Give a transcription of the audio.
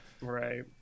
right